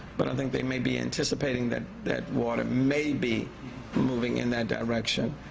but i think they may be anticipating that that water may be moving in that direction.